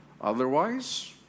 Otherwise